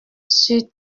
sur